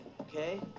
Okay